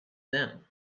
them